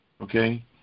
Okay